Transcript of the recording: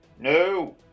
no